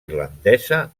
irlandesa